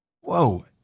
Whoa